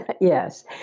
Yes